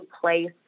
place